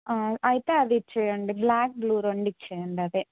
అయితే అది ఇచ్చేయండి బ్లాక్ బ్లూ రెండు ఇచ్చేయండి అదే